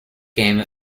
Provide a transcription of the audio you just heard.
game